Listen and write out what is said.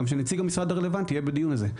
שנציג המשרד הרלוונטי יהיה בדיון הזה?